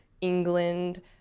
England